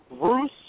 Bruce